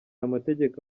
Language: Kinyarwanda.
amategeko